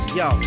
yo